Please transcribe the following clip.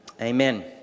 Amen